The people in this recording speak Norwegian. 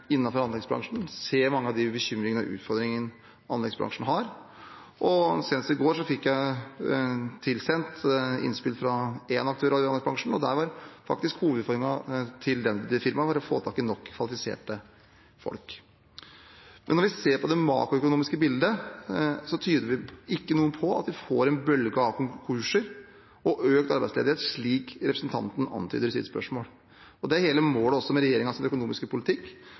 anleggsbransjen og ser mange av bekymringene og utfordringene anleggsbransjen har. Senest i går fikk jeg tilsendt innspill fra en aktør i anleggsbransjen, og der var faktisk hovedutfordringen til firmaet å få tak i nok kvalifiserte folk. Når vi ser på det makroøkonomiske bildet, tyder ikke noe på at vi får en bølge av konkurser og økt arbeidsledighet, slik representanten antyder i sitt spørsmål. Det er også hele målet med regjeringens økonomiske politikk,